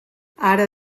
ara